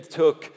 took